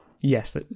Yes